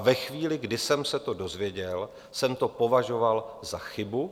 Ve chvíli, kdy jsem se to dozvěděl, jsem to považoval za chybu.